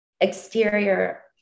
exterior